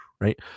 right